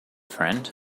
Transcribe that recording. friend